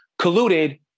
colluded